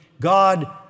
God